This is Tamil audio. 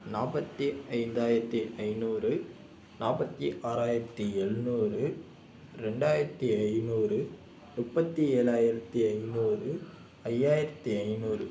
நாற்பத்தி ஐந்தாயிரத்தி ஐநூறு நாற்பத்தி ஆறாயிரத்தி எழுநூறு ரெண்டாயிரத்தி ஐநூறு முப்பத்தி ஏழாயிரத்தி ஐநூறு ஐயாயிரத்தி ஐநூறு